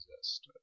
exist